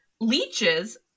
leeches